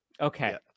Okay